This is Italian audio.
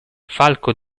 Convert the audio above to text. falco